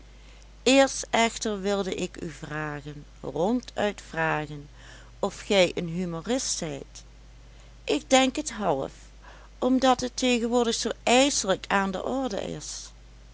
eerst echter wilde ik u vragen ronduit vragen of gij een humorist zijt ik denk het half omdat het tegenwoordig zoo ijselijk aan de orde is